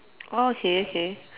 orh K okay